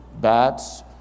bats